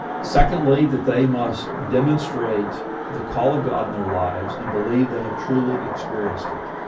secondly that they must demonstrate the call of god in their lives and believe they have truly experienced it.